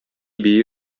бии